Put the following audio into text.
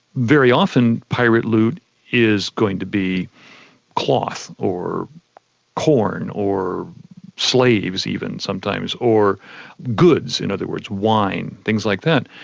very often, pirate loot is going to be cloth, or corn, or slaves even sometimes, or goods in other words, wine, things like that.